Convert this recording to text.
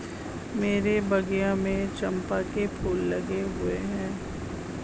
मेरे बगिया में चंपा के फूल लगे हुए हैं